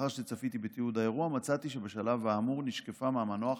ולאחר שצפיתי בתיעוד האירוע מצאתי שבשלב האמור נשקפה מהמנוח